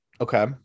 Okay